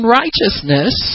righteousness